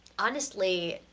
honestly,